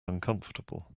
uncomfortable